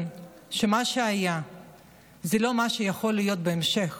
שמה שהיה זה לא מה שיכול להיות בהמשך